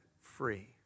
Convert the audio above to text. free